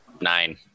Nine